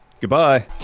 Goodbye